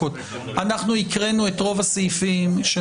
חברים, הקראנו את רוב הסעיפים של